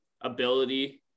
ability